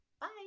Bye